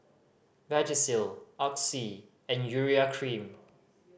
Vagisil Oxy and Urea Cream